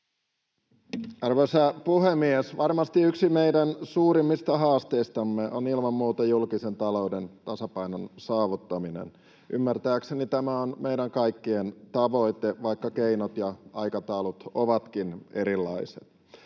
Arvoisa puhemies! Varmasti yksi meidän suurimmista haasteistamme on ilman muuta julkisen talouden tasapainon saavuttaminen. Ymmärtääkseni tämä on meidän kaikkien tavoite, vaikka keinot ja aikataulut ovatkin erilaiset.